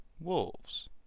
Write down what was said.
wolves